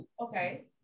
okay